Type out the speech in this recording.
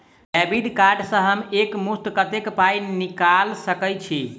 Debit card सँ हम एक मुस्त कत्तेक पाई निकाल सकय छी?